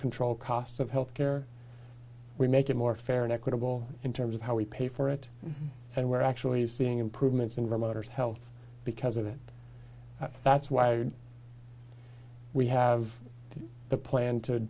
control costs of health care we make it more fair and equitable in terms of how we pay for it and we're actually seeing improvements in vermonters health because of it that's why we have a plan to